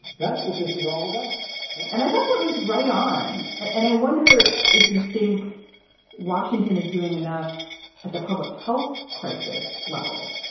that's what this is all about and i thought that was right on. and i wonder if you think washington is doing enough that the public health crisis level?